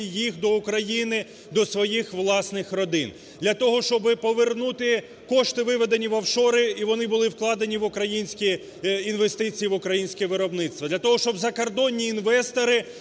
їх до України, до своїх власних родин. Для того, щоби повернути кошти виведені в офшори і вони були вкладені в українські інвестиції, в українське виробництво. Для того, щоб закордонні інвестори